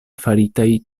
faritaj